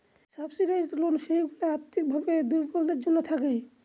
subsidised loan যেইগুলা আর্থিক ভাবে দুর্বলদের জন্য থাকে